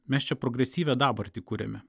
mes čia progresyvią dabartį kuriame